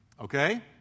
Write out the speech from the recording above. okay